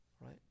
right